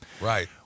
Right